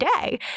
day